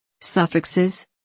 Suffixes